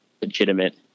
legitimate